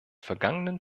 vergangenen